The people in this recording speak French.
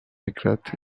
éclate